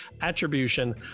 Attribution